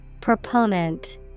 Proponent